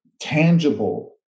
tangible